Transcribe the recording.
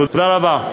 תודה רבה.